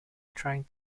trying